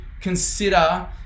consider